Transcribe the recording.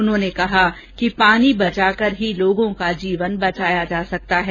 उन्होंने कहा कि पानी बचाकर ही लोगों का जीवन बचाया जा सकता है